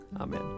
Amen